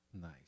Nice